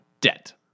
debt